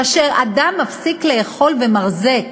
כאשר אדם מפסיק לאכול, מרזה,